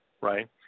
right